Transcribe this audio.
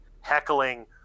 heckling